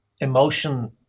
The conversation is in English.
emotion